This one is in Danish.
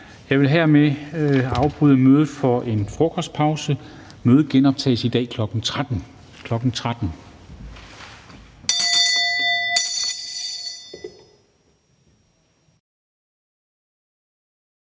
Jeg skal her afbryde mødet for en frokostpause. Mødet genoptages i dag kl. 13.00.